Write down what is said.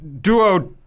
duo